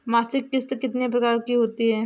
मासिक किश्त कितने प्रकार की होती है?